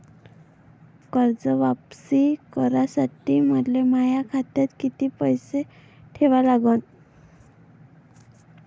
कर्ज वापिस करासाठी मले माया खात्यात कितीक पैसे ठेवा लागन?